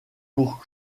pour